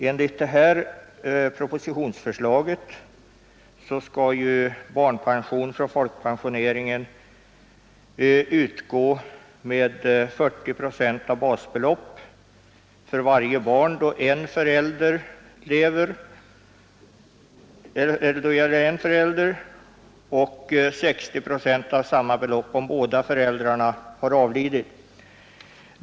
Enligt propositionsförslaget skall barnpension från folkpensioneringen utgå med ”40 procent av basbeloppet för varje barn då en förälder och 60 procent av samma belopp om båda föräldrarna avlidit.